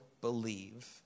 believe